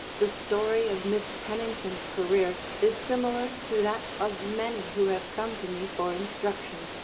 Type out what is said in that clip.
the story of miss pennington's career is similar to that of many who have come to me for instruction.